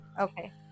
Okay